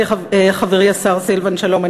חברי השר סילבן שלום,